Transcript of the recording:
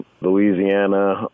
Louisiana